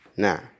Now